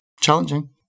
challenging